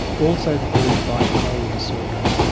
also called bipolar disorder,